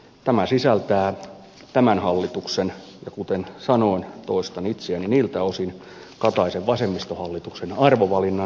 tämä sisältää tämän hallituksen ja kuten sanoin toistan itseäni niiltä osin kataisen vasemmistohallituksen arvovalinnan